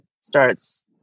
starts